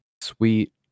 Sweet